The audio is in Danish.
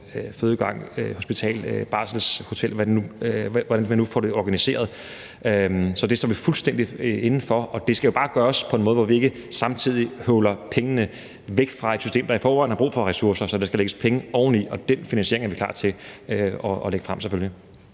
fødegangen, hospitalet, barselshotellet, eller hvordan vi nu får det organiseret. Så det står vi fuldstændig inde for, og det skal jo bare gøres på en måde, hvor vi ikke samtidig høvler pengene væk fra et system, der i forvejen har brug for ressourcer. Så der skal lægges penge oveni, og den finansiering er vi selvfølgelig